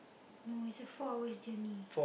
no it's a four hours journey